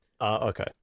Okay